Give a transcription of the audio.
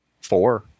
Four